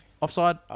Offside